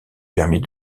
permit